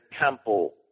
Temple